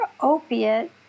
opiate